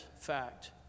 fact